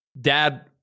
dad